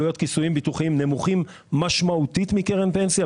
עלויות כיסויים ביטוחיים נמוכים משמעותית מקרן פנסיה,